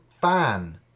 fan